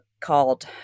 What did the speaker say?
called